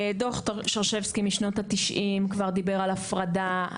דו"ח שרשבסקי משנות ה-90 כבר דיבר על הפרדה.